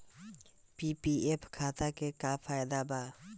PPF खाता के का फायदा बा?